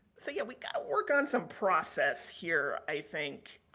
so yeah, we've got to work on some process here, i think,